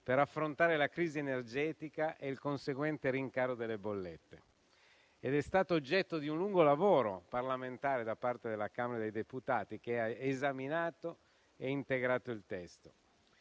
per affrontare la crisi energetica e il conseguente rincaro delle bollette ed è stato oggetto di un lungo lavoro parlamentare da parte della Camera dei deputati, che lo ha esaminato e integrato. Il sostegno